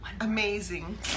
Amazing